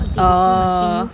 orh